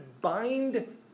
bind